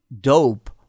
dope